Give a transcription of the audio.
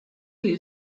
lay